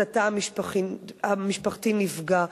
אז התא המשפחתי נפגע.